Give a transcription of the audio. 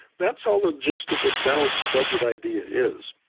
that's all the gist of the balanced budget idea is,